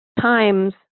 times